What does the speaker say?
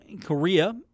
Korea